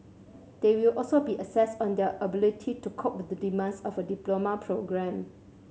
they will also be assessed on their ability to cope with the demands of a diploma programme